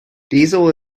diesel